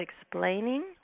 explaining